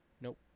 Nope